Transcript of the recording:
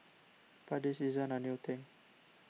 but this isn't a new thing